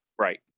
Right